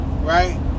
right